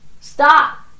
Stop